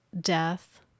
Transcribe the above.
death